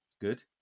Good